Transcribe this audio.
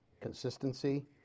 consistency